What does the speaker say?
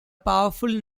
powerful